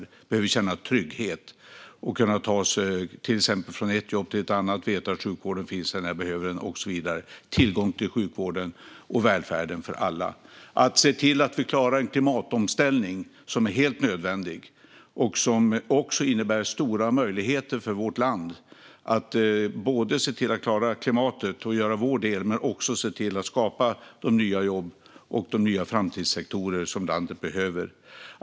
De behöver känna trygghet och kunna ta sig till exempel från ett jobb till ett annat, veta att sjukvården finns där när man behöver den. Det handlar om tillgång till sjukvård och välfärd för alla. Vi ska se till att vi klarar en klimatomställning som är helt nödvändig och som också innebär stora möjligheter för vårt land. Det handlar både om att klara klimatet och göra vår del men också om att skapa de nya jobb och framtidssektorer som landet behöver.